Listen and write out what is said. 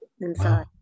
inside